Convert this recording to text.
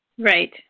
Right